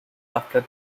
after